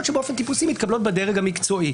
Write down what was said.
שבאופן טיפוסי מתקבלות בדרג המקצועי.